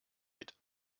mit